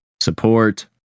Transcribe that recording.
support